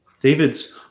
David's